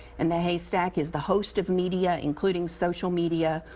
and the haystack is the host of media, including social media,